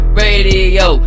radio